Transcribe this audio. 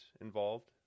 involved